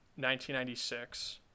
1996